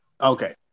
Okay